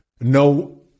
no